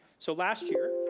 so last year,